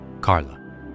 Carla